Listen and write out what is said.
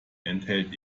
enthält